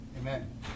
amen